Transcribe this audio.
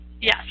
Yes